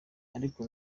ariko